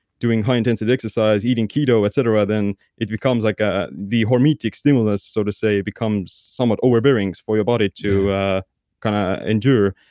doing high intensity exercise, eating keto, etc, then it becomes like a, the hormetic stimulus, so to say, becomes somewhat overbearing for your body to ah kind of endure.